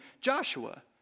Joshua